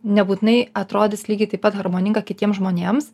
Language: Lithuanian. nebūtinai atrodys lygiai taip pat harmoninga kitiems žmonėms